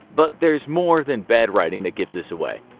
but there's more than bad writing that gives this away.